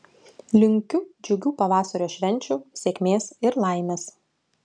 linkiu džiugių pavasario švenčių sėkmės ir laimės